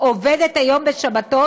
עובדת היום בשבתות,